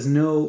no